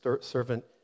servant